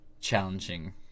challenging